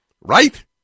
Right